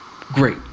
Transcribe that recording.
Great